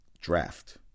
draft